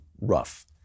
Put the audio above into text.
rough